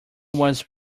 was